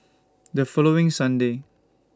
The following Sunday